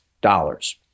dollars